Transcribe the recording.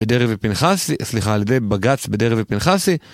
בדרעי ופנחסי, סליחה על ידי בגץ בדרעי ופנחסי